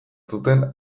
zuten